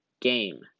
game